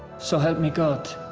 so help me god.